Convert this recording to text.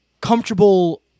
comfortable